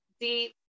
deep